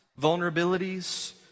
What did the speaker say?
vulnerabilities